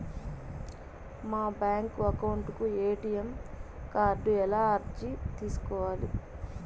మా bank account కు ATM card ఎలా అర్జీ సేసుకోవాలి?